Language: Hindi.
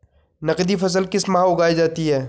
नकदी फसल किस माह उगाई जाती है?